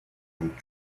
and